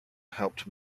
helped